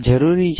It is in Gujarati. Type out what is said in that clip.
ફક્ત સીમા જુઓ